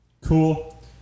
cool